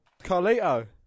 Carlito